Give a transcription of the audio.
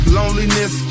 loneliness